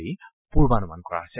বুলি পূৰ্বানুমান কৰা হৈছে